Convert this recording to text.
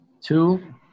Two